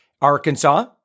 Arkansas